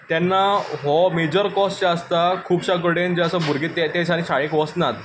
तेन्ना हो major cause जें आसता खुबश्या कडेन जें आसा भुरगे ते दिसांनी शाळेंत वचनात